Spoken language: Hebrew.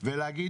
ולהגיד